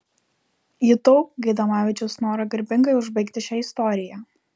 jutau gaidamavičiaus norą garbingai užbaigti šią istoriją